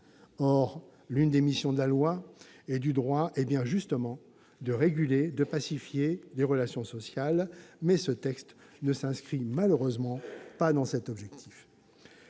Or l'une des missions de la loi et du droit est précisément de réguler et de pacifier les relations sociales. Ce texte ne vise malheureusement pas cet objectif